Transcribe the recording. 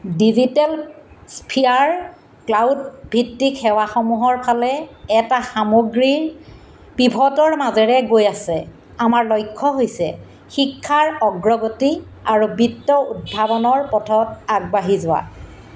digital sphere ক্লাউডভিত্তিক সেৱাসমূহৰ ফালে এটা সামগ্ৰীৰ পিভটৰ মাজেৰে গৈ আছে আমাৰ লক্ষ্য হৈছে শিক্ষাৰ অগ্ৰগতি আৰু বিত্ত উদ্ভাৱনৰ পথত আগবাঢ়ি যোৱা